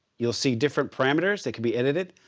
you'll see different parameters that can be edited.